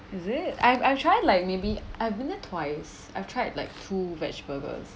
is it I've I've tried like maybe I've been there twice I've tried like two vegetarian burgers